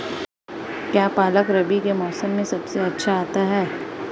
क्या पालक रबी के मौसम में सबसे अच्छा आता है?